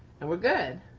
and we're good,